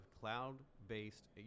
cloud-based